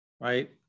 right